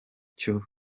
cyo